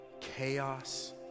chaos